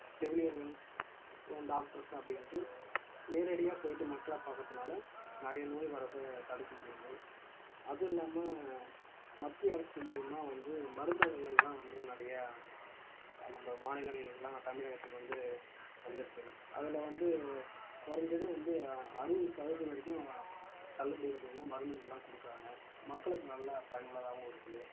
செவிலியர்கள் அப்புறோம் டாக்டர்ஸ் அப்படின்ட்டு நேரடியாக போய்விட்டு மக்களை பார்க்குறதுனால நிறைய நோய் வர்றதை தடுக்க முடியுது அது இல்லாமல் மத்திய அரசு மூலியமாக வந்து மருந்தகங்கள் எல்லாம் வந்து நிறைய நம்ப மாநிலங்கள் எல்லாம் தமிழகத்துக்கு வந்து வந்துருக்கு அதில் வந்து குறஞ்சது வந்து அ அறுபது சதவீதம் வரைக்கும் தள்ளுபடி விலையில மருந்துகள் எல்லாம் கொடுக்குறாங்க மக்களுக்கு நல்ல பயனுள்ளதாகவும் இருக்குது